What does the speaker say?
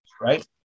right